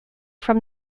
from